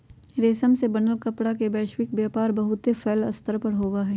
रेशम से बनल कपड़ा के वैश्विक व्यापार बहुत फैल्ल स्तर पर होबा हई